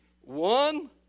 One